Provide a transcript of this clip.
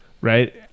right